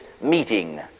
meeting